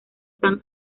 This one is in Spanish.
tan